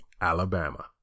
Alabama